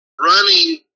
running